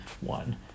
one